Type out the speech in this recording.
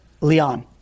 Leon